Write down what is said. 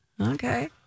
Okay